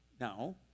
Now